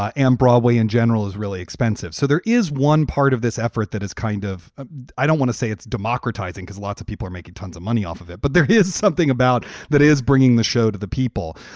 ah and broadway in general is really expensive. so there is one part of this effort that is kind of i don't want to say it's democratizing because lots of people are making tons of money off of it. but there is something about that is bringing the show to the people.